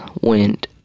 went